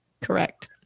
Correct